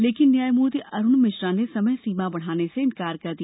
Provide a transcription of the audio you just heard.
लेकिन न्यायमूर्ति अरुण मिश्रा ने समय सीमा बढ़ाने से इन्कार कर दिया